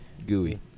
Gooey